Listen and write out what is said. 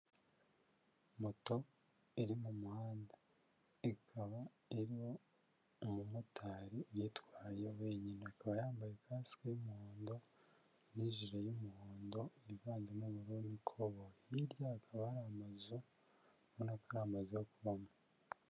Moto iri mu muhanda ikaba iririmo umumotari yitwaye wenyine, akaba yambaye kasike y'umuhondo n'ijiri y'umuhondo ivanzemo amabara y'ikoboyi, hirya akaba hari amazu ubona ko ari amazu yo kubamo.